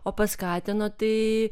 o paskatino tai